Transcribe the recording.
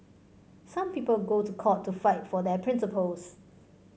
some people go to court to fight for their principles